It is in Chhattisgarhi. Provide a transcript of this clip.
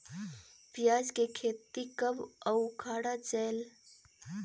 पियाज के खेती कब अउ उखाड़ा जायेल?